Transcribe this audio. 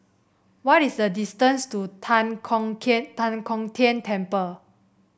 what is the distance to Tan Kong Tan Kong Tian Temple